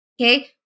Okay